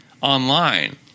online